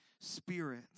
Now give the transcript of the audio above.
Spirit